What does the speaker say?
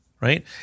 right